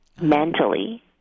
mentally